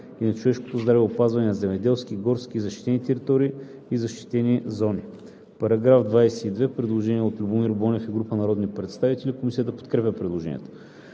и на човешкото здраве, опазване на земеделски, горски и защитени територии и защитени зони.“ По § 22 има предложение от Любомир Бонев и група народни представители. Комисията подкрепя предложението.